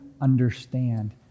understand